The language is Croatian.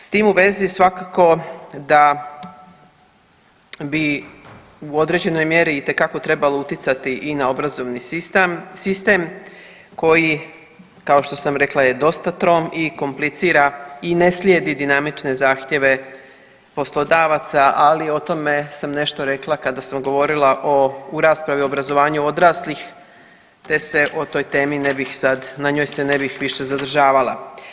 S tim u vezi svakako da bi u određenoj mjeri itekako trebalo utjecati i na obrazovni sistem koji, kao što sam rekla je dosta trom i komplicira i ne slijedi dinamične zahtjeve poslodavaca, ali o tome sam nešto rekla kada sam govorila o, u raspravi o obrazovanju odraslih te se o toj temi ne bih sad, na njoj se ne bih više zadržavala.